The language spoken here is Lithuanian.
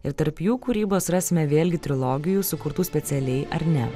ir tarp jų kūrybos rasime vėlgi trilogijų sukurtų specialiai ar ne